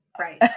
right